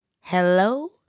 Hello